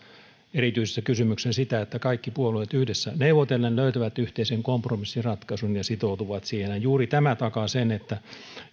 erityisessä kysymyksessä sitä että kaikki puolueet yhdessä neuvotellen löytävät yhteisen kompromissiratkaisun ja sitoutuvat siihen juuri tämä takaa sen että